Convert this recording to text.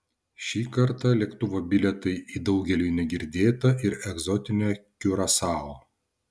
šį kartą lėktuvo bilietai į daugeliui negirdėtą ir egzotinę kiurasao